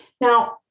Now